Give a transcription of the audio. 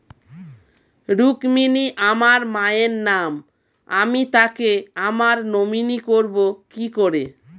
রুক্মিনী আমার মায়ের নাম আমি তাকে আমার নমিনি করবো কি করে?